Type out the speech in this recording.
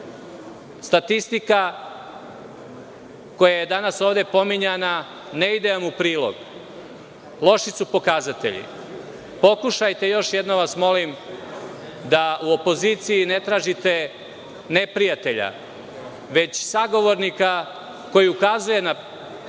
Statistika koja je danas ovde pominjana ne ide vam u prilog. Loši su pokazatelji. Još jednom vas molim da u opoziciji ne tražite neprijatelja, već sagovornika koji ukazuje na vaše